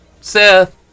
Seth